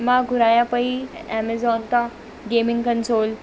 मां घुरायां पई एमेज़ॉन तां गेमिंग कंसोल